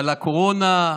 על הקורונה,